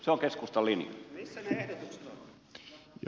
se on keskustan linja